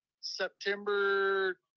September